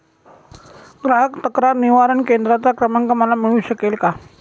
ग्राहक तक्रार निवारण केंद्राचा क्रमांक मला मिळू शकेल का?